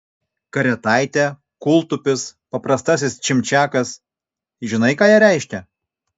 karetaitė kūltupis paprastasis čimčiakas žinai ką jie reiškia